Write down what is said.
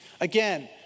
Again